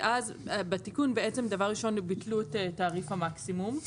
ואז בתיקון בעצם דבר ראשון ביטלו את תעריף המקסימום.